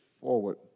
forward